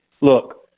look